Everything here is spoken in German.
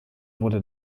wurde